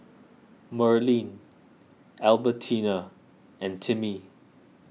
Merlene Albertina and Timmy